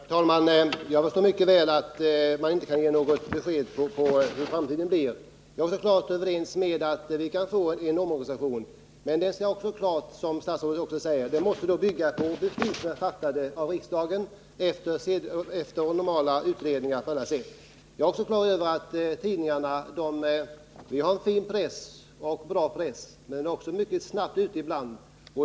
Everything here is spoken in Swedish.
Herr talman! Jag förstår mycket väl att man inte kan ge något besked om hur framtiden blir. Jag är också överens med försvarsministern om att vi kan få en omorganisation. Men den måste då, som statsrådet även säger, bygga på beslut som är fattade av riksdagen efter normala utredningar på alla sätt. Att vi har en bra press är jag också medveten om. Men den är mycket snabbt ute ibland.